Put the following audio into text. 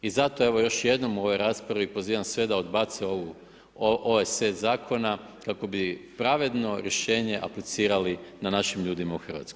I zato evo još jednom u ovoj raspravi pozivam sve da odbace ovu ovaj set zakona kako bi pravedno rješenje aplicirali na našim ljudima u Hrvatskoj.